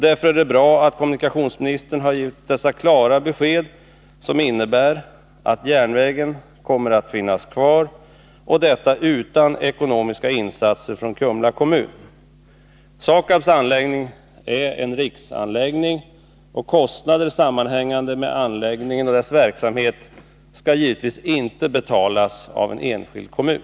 Därför är det bra att kommunikationsministern givit dessa klara besked, som innebär att järnvägen kommer att finnas kvar, och detta utan ekonomiska insatser från Kumla kommun. SAKAB:s anläggning är en riksanläggning, och kostnader sammanhängande med anläggningen och dess verksamhet skall givetvis inte betalas av en enskild kommun.